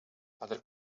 other